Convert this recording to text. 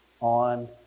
on